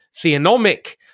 theonomic